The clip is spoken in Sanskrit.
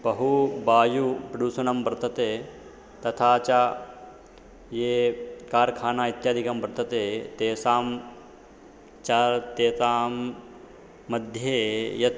बहुवायुप्रदूषणं वर्तते तथा च ये कार्खाना इत्यादिकं वर्तते तेषां च तेषां मध्ये यत्